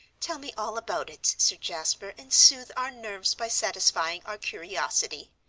tell me all about it, sir jasper, and soothe our nerves by satisfying our curiosity,